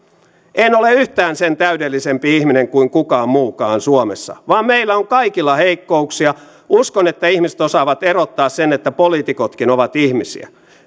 en ole yhtään sen täydellisempi ihminen kuin kukaan muukaan suomessa vaan meillä on kaikilla heikkouksia uskon että ihmiset osaavat erottaa sen että poliitikotkin ovat ihmisiä